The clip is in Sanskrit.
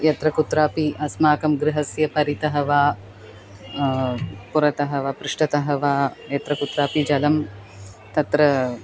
यत्रकुत्रापि अस्माकं गृहस्य परितः वा पुरतः वा पृष्ठतः वा यत्रकुत्रापि जलं तत्र